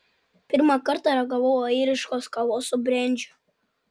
pirmą kartą ragavau airiškos kavos su brendžiu